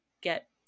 get